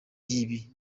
y’ibi